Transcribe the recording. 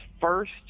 first